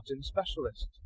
specialist